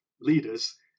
leaders